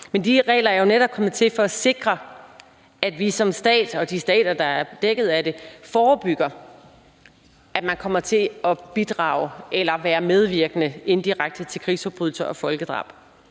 De regler er jo netop kommet til for at sikre, at vi som stat og de stater, der er dækket af det, forebygger, at man kommer til at bidrage til eller indirekte er medvirkende til krigsforbrydelser og folkedrab.